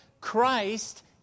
Christ